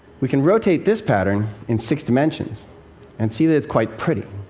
we can rotate this pattern in six dimensions and see that it's quite pretty.